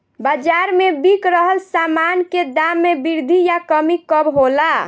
बाज़ार में बिक रहल सामान के दाम में वृद्धि या कमी कब होला?